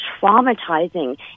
traumatizing